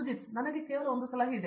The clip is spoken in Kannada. ಸುಜಿತ್ ನನಗೆ ಕೇವಲ ಒಂದು ಸಲಹೆ ಇದೆ